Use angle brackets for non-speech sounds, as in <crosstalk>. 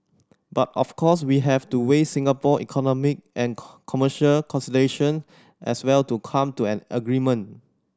but of course we have to weigh Singapore economic and <unintelligible> commercial consideration as well to come to an agreement